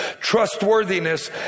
trustworthiness